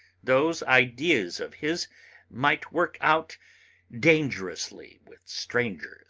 those ideas of his might work out dangerously with strangers